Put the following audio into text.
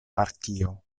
partio